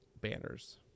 banners